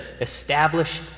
establish